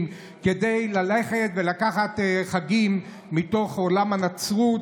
שצריך ללכת ולקחת חגים מתוך עולם הנצרות.